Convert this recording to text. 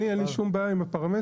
אין לי כל בעיה עם הפרמטרים.